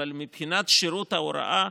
אבל מבחינת שירות ההוראה,